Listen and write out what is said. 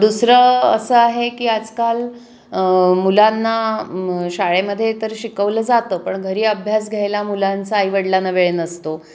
दुसरं असं आहे की आजकाल मुलांना शाळेमध्ये तर शिकवलं जातं पण घरी अभ्यास घ्यायला मुलांचा आईवडलांना वेळ नसतो